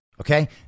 Okay